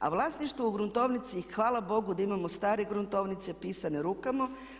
A vlasništvo u gruntovnici hvala Bogu da imamo stare gruntovnice pisane rukama.